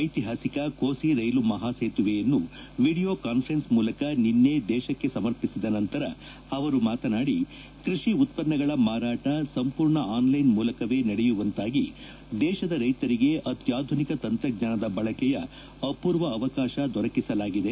ಐತಿಹಾಸಿಕ ಕೋಸಿ ರೈಲು ಮಹಾಸೇತುವೆಯನ್ನು ವಿಡಿಯೋ ಕಾನ್ಸರೆನ್ಸ್ ಮೂಲಕ ನಿನೈ ದೇಶಕ್ಷೆ ಸಮರ್ಪಿಸಿದ ನಂತರ ಅವರು ಮಾತನಾಡಿ ಕೃಷಿ ಉತ್ಪನ್ನಗಳ ಮಾರಾಟ ಸಂಪೂರ್ಣ ಆನ್ಲೈನ್ ಮೂಲಕವೇ ನಡೆಯುವಂತಾಗಿ ದೇಶದ ರೈತರಿಗೆ ಅತ್ಯಾಧುನಿಕ ತಂತ್ರಜ್ಞಾನದ ಬಳಕೆಯ ಅಪೂರ್ವ ಅವಕಾಶ ದೊರಕಿಸಲಾಗಿದೆ